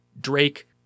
Drake